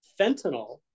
fentanyl